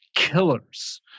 killers